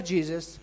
Jesus